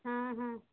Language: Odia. ହଁ ହଁ